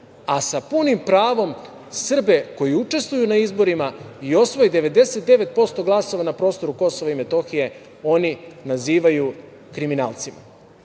a sa punim pravom Srbe koji učestvuju na izborima i osvoje 99% glasova na prostoru Kosova i Metohije oni nazivaju kriminalcima. Ono